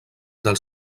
del